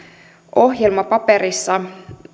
ohjelmapaperissa